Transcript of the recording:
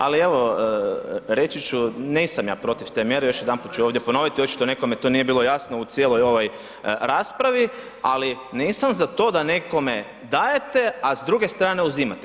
Ali evo reći ću nisam ja protiv te mjere još jedanput ću ponoviti, očito nekome to nije bilo jasno u cijeloj ovoj raspravi, ali nisam za to da nekome dajete, a s druge strane uzimate.